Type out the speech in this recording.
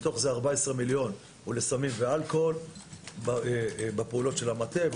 מתוכם 14 מיליון הוא לפעולות של המטה בסמים